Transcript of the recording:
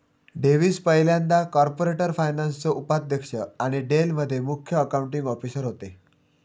Davis पयल्यांदा corporate फायनान्सचो उपाध्यक्ष आणि डेल मध्ये मुख्य अकाउंटींग ऑफिसर होते